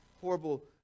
horrible